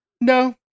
no